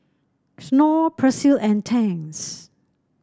Knorr Persil and Tangs